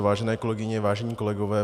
Vážené kolegyně, vážení kolegové.